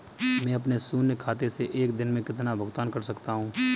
मैं अपने शून्य खाते से एक दिन में कितना भुगतान कर सकता हूँ?